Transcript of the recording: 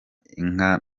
inka